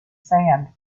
sand